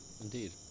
Indeed